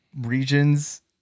regions